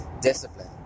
discipline